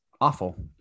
awful